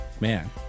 man